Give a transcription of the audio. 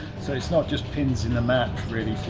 so it's not just pins in a map, really,